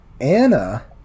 anna